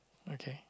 okay